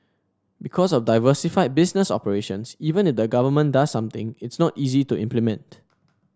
because of diversified business operations even if the government does something it's not easy to implement